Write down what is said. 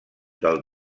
del